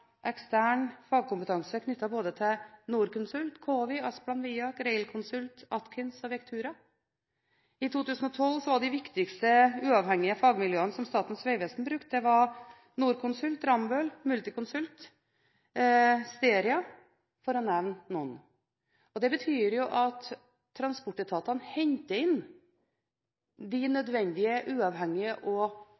ekstern fagkompetanse knyttet til både Norconsult, Cowi, Asplan Viak, Railconsult, Atkins og Vectura. I 2012 var de viktigste uavhengige fagmiljøene som Statens vegvesen brukte, Norconsult, Rambøll, Multiconsult og Steria – for å nevne noen. Det betyr at transportetatene henter inn de